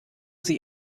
sie